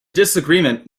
disagreement